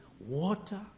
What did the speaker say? water